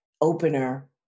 opener